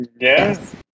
Yes